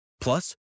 Plus